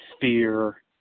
fear